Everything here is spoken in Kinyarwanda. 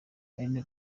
aline